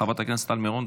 חברת הכנסת טלי מירון